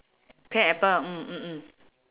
pear apple mm mm mm